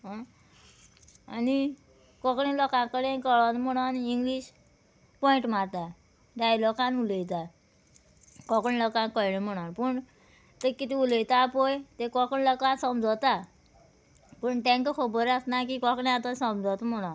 आनी कोंकणी लोकां कडेन कळना म्हणोन इंग्लीश पॉयंट मारता डायलॉगान उलयता कोंकणी लोकांक कळ्ळें म्हणोन पूण तें कितें उलयता पळय तें कोंकणी लोकांक समजता पूण तेंकां खबर आसना की कोंकणी आतां समजत म्हणोन